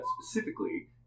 specifically